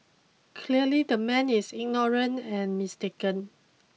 clearly the man is ignorant and mistaken